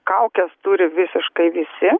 kaukes turi visiškai visi